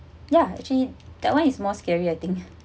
ya actually that one is more scarier I think